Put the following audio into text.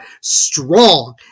strong